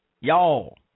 y'all